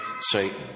Satan